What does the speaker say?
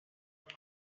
wowe